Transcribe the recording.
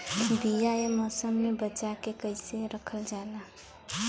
बीया ए मौसम में बचा के कइसे रखल जा?